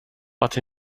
but